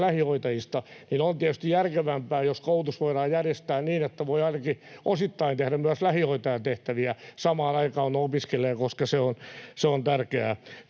lähihoitajista, niin on tietysti järkevämpää, jos koulutus voidaan järjestää niin, että voi ainakin osittain tehdä myös lähihoitajan tehtäviä ja samaan aikaan opiskella, koska se on tärkeää